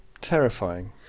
Terrifying